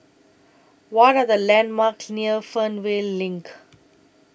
What Are The landmarks near Fernvale LINK